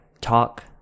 Talk